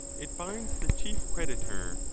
it binds the chief creditor,